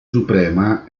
suprema